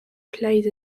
played